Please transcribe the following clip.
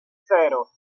cero